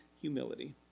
humility